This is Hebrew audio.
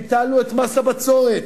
ביטלנו את מס הבצורת,